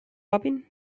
open